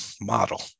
model